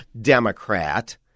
Democrat